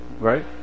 right